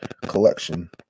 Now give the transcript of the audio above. collection